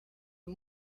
sus